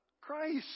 Christ